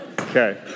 Okay